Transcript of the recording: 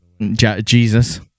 Jesus